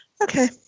Okay